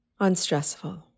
unstressful